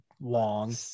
long